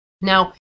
now